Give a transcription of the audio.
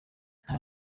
nta